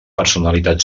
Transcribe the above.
personalitat